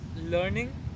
Learning